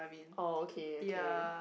oh okay okay